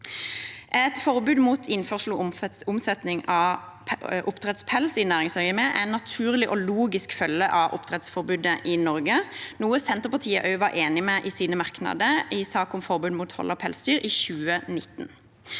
Et forbud mot innførsel og omsetning av oppdrettspels i næringsøyemed er en naturlig og logisk følge av oppdrettsforbudet i Norge, noe Senterpartiet også var enig i i sine merknader til saken om forbud mot hold av pelsdyr i 2019.